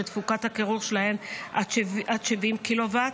שתפוקת הקירור שלהן עד 70 קילו-ואט,